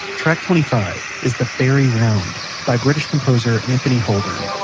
track twenty five is the fairie round, by british composer anthony holborne